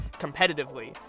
competitively